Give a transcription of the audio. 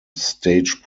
stage